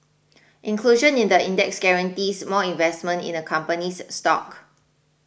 inclusion in the index guarantees more investment in a company's stock